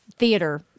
theater